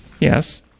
Yes